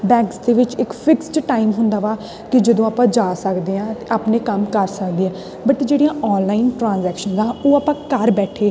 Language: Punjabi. ਬੈਂਕਸ ਦੇ ਵਿੱਚ ਇੱਕ ਫਿਕਸਡ ਟਾਈਮ ਹੁੰਦਾ ਵਾ ਕਿ ਜਦੋਂ ਆਪਾਂ ਜਾ ਸਕਦੇ ਹਾਂ ਆਪਣੇ ਕੰਮ ਕਰ ਸਕਦੇ ਹਾਂ ਬਟ ਜਿਹੜੀਆਂ ਔਨਲਾਈਨ ਟ੍ਰਾਂਜੈਕਸ਼ਨ ਆ ਉਹ ਆਪਾਂ ਘਰ ਬੈਠੇ